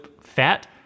fat